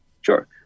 Sure